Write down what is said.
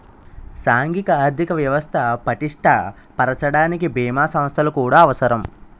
సాంఘిక ఆర్థిక వ్యవస్థ పటిష్ట పరచడానికి బీమా సంస్థలు కూడా అవసరం